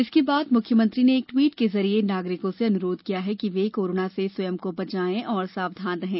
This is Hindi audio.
इसके बाद मुख्यमंत्री ने एक ट्वीट के जरिए नागरिकों से अनुरोध किया कि वे कोरोना से स्वयं को बचाए और सावधान रहें